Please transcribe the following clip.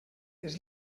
dels